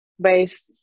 based